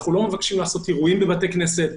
אנחנו לא מבקשים לעשות אירועים בבתי כנסת,